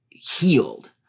healed